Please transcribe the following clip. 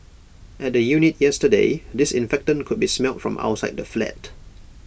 at the unit yesterday disinfectant could be smelt from outside the flat